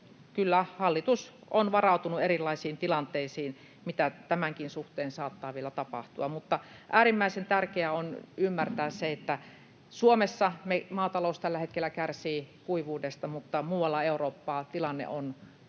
kyllä hallitus on varautunut erilaisiin tilanteisiin, mitä tämänkin suhteen saattaa vielä tapahtua. Mutta äärimmäisen tärkeää on ymmärtää se, että Suomessa maatalous tällä hetkellä kärsii kuivuudesta mutta muualla Euroopassa tilanne on vielä